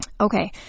Okay